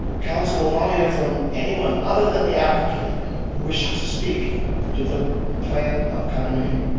council will now hear from anyone other than the applicant who wishes to speak to the plan of condominium.